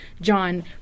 John